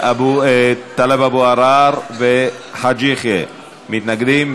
טלב אבו עראר וחאג' יחיא מתנגדים.